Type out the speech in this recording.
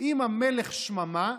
אם המלך שממה,